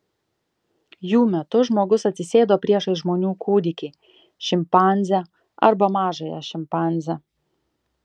jų metu žmogus atsisėdo priešais žmonių kūdikį šimpanzę arba mažąją šimpanzę